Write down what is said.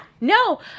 no